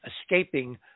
escaping